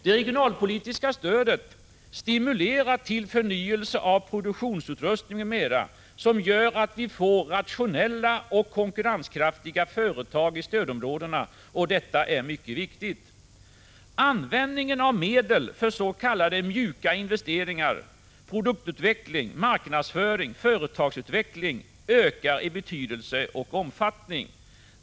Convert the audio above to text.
Det regionalpolitiska stödet stimulerar också till förnyelse av produktionsutrustning m.m., som gör att vi får rationella och konkurrenskraftiga företag i stödområdena. Detta är mycket viktigt. Användningen av medel för s.k. mjuka investeringar — produktutveckling, marknadsföring, företagsutveckling m.m. — ökar i betydelse och omfattning.